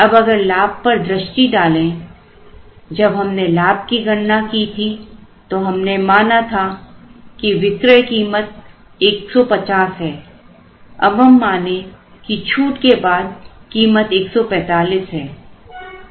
अब अगर लाभ पर दृष्टि डालें जब हमने लाभ की गणना की थी तो हमने माना था कि विक्रय कीमत 150 है अब हम माने की छूट के बाद कीमत 145 रुपए हैं